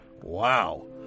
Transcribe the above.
Wow